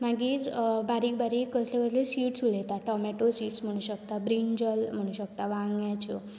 मागीर बारीक बारीक कसले कसले सिड्स उगयतात टोमॅटो सिड्स म्हणू शकता ब्रिंजॉल म्हणू शकता वांयग्याच्यो